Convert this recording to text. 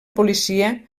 policia